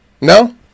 No